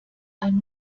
ein